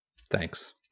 Thanks